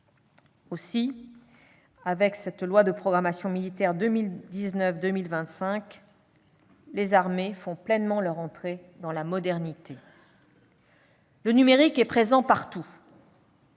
Aussi, avec cette loi de programmation militaire 2019-2025, les armées font pleinement leur entrée dans la modernité. Le numérique est présent partout.